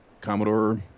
Commodore